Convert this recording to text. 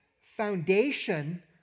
foundation